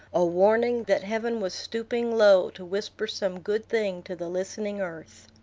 a warning that heaven was stooping low to whisper some good thing to the listening earth.